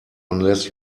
unless